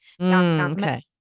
downtown